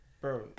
Bro